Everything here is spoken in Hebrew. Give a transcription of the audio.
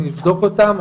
אני אבדוק אותם,